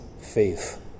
faith